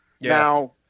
Now